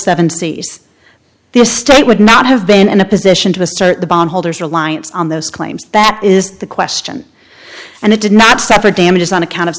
seventy's this state would not have been in a position to assert the bondholders reliance on those claims that is the question and it did not separate damages on account of